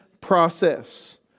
process